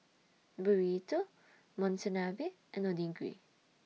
Burrito Monsunabe and Onigiri